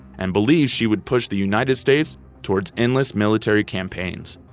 and believed she would push the united states towards endless military campaigns.